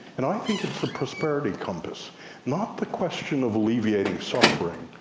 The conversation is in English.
and i think it's the prosperity compass, not the question of alleviating suffering,